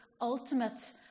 ultimate